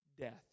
death